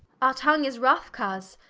our tongue is rough, coze,